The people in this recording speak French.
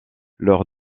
lors